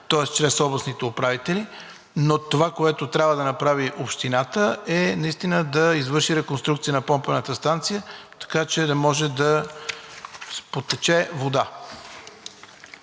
чрез областните управители, но това, което трябва да направи общината, е наистина да извърши реконструкция на помпената станция, така че да може да потече вода.